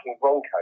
bronco